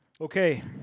Okay